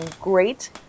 great